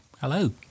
Hello